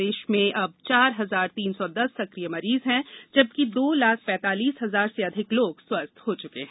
प्रदेश में अब चार हजार तीन सौ दस सकिय मरीज हैं जबकि दो लाख पैतालीस हजार से अधिक लोग स्वस्थ हो चुके हैं